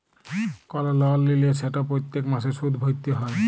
call লল লিলে সেট প্যত্তেক মাসে সুদ ভ্যইরতে হ্যয়